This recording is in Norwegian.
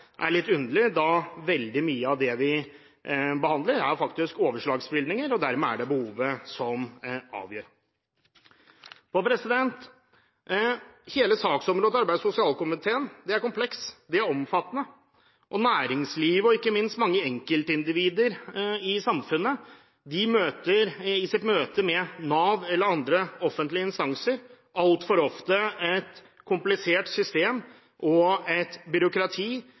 er litt underlig, da veldig mye av det vi behandler, faktisk er overslagsbevilgninger, og det dermed er behovet som avgjør. Hele saksområdet til arbeids- og sosialkomiteen er komplekst og omfattende. Næringslivet, og ikke minst mange enkeltindivider i samfunnet, møter i sitt møte med Nav eller andre offentlige instanser altfor ofte et komplisert system og et byråkrati